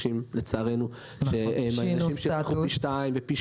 לצערנו אנחנו מכירים הרבה צעירים שהרוויחו פי שניים ופי